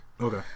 Okay